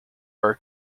are